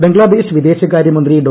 ബംഗ്ലാദേശ് വിദേശകാരൃ മന്ത്രി ഡോ